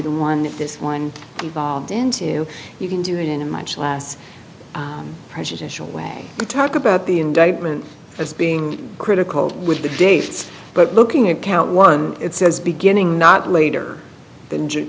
the one that this one evolved into you can do it in a much less prejudicial way you talk about the indictment as being critical with the days but looking at count one it says beginning not later than ju